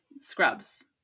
scrubs